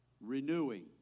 Renewing